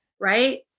right